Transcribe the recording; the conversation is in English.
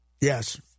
Yes